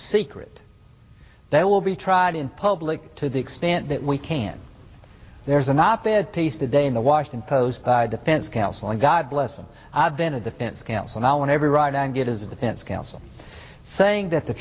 secret they will be tried in public to the extent that we can there's an op ed piece today in the washington post by defense counsel and god bless them i've been a defense counsel now and every right and it is a defense counsel saying that the